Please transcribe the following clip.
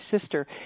sister